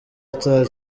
ata